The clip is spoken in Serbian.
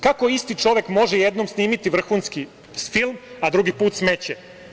Kako isti čovek može jednom snimiti vrhunski film, a drugi put smeće?